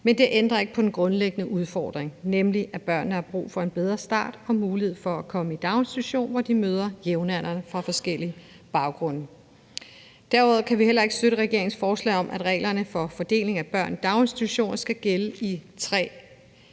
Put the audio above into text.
men det ændrer ikke på den grundlæggende udfordring, nemlig at børnene har brug for en bedre start og mulighed for at komme i daginstitution, hvor de møder jævnaldrende med forskellige baggrunde. Derudover kan vi heller ikke støtte regeringens forslag om, at reglerne for fordeling af børn i daginstitutioner skal gælde i 3